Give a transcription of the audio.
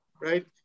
right